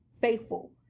faithful